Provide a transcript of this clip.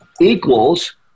equals